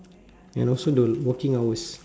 and also the working hours